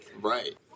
Right